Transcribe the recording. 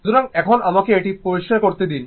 সুতরাং এখন আমাকে এটি পরিষ্কার করতে দিন